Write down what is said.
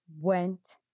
went